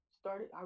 started